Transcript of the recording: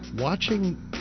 watching